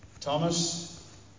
Thomas